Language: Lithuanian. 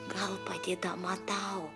gal padėdama tau